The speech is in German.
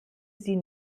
sie